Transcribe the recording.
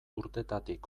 urtetatik